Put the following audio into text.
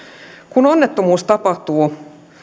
kun onnettomuus tapahtuu